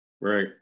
Right